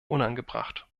unangebracht